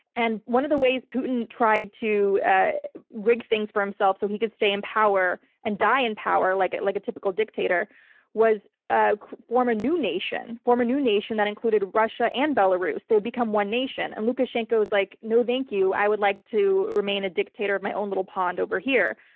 and one of the ways putin tried to rig things for himself so he could stay in power and die in power, like like a typical dictator was form a new nation. form a new nation that included russia and belarus. they would become one nation. and lukashenko was like no, thank you. i would like to remain a dictator of my own little pond over here.